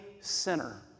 sinner